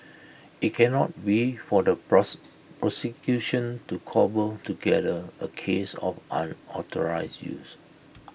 IT cannot be for the prose prosecution to cobble together A case of unauthorised use